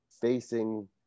facing